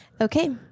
Okay